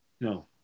No